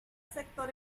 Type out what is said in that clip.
sector